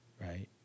right